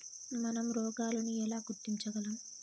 మనం రోగాలను ఎలా గుర్తించగలం?